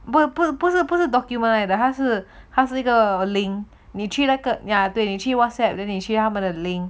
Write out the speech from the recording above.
不不不是不是 document that 他是他是一个 link 你去 ya 对 whatsapp then 你去他们的 link